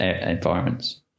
environments